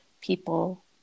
people